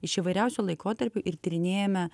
iš įvairiausių laikotarpių ir tyrinėjame